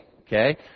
okay